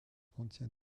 contient